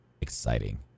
exciting